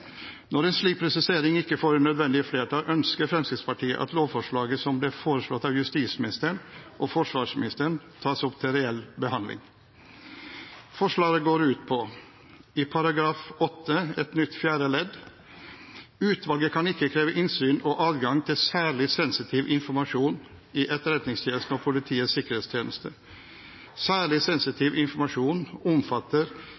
Når en slik presisering ikke får det nødvendige flertall, ønsker Fremskrittspartiet at lovforslaget som ble foreslått av justisministeren og forsvarsministeren, tas opp til reell behandling. Forslaget går ut på: § 8 nytt fjerde ledd skal lyde: «Utvalget kan ikke kreve innsyn i og adgang til særlig sensitiv informasjon i Etterretningstjenesten og Politiets sikkerhetstjeneste. Særlig